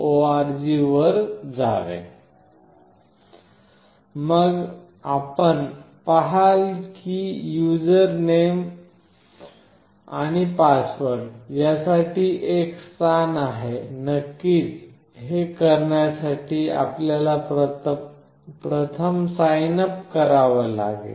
org वर जावे मग आपण पहाल की यूजर नेम आणि पासवर्ड यासाठी एक स्थान आहे नक्कीच हे करण्यासाठी आपल्याला प्रथम साइन अप करावे लागेल